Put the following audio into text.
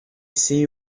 see